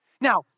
Now